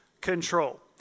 control